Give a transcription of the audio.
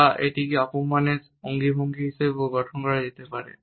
বা এটিকে অপমানের অঙ্গভঙ্গি হিসাবেও গঠন করা যেতে পারে